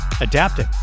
adapting